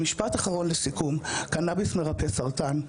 משפט אחרון לסיכום, קנביס מרפא סרטן.